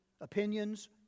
opinions